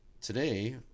today